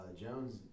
Jones